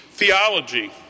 theology